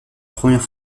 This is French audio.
première